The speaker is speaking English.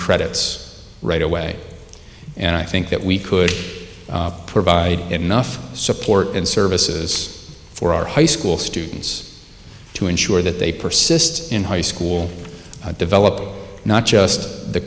credits right away and i think that we could provide enough support and services for our high school students to ensure that they persist in high school develop not just the